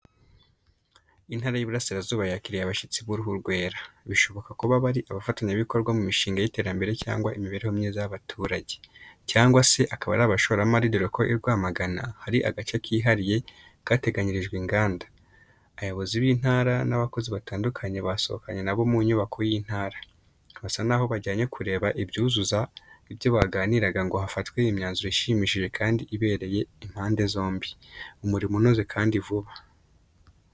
Intara y'Iburasirazuba yakiriye abashyitsi b'uruhu rwera. Bishoboka ko baba ari abafatanyabikorwa mu mishinga y'iterambere cyangwa imibereho myiza y'abaturage, cyangwa se akaba ari abashoramari dore ko i Rwamagana hari agace kihariye kateganyirijwe inganda. Abayobozi b'intara n'abakozi batandukanye basohokanye na bo mu nyubako y'Intara, basa n'aho bajyanye kureba ibyuzuza ibyo baganiraga ngo hafatwe imyanzuro ishimishije kandi ibereye impande zombi. Umurimo unoze kandi vuba.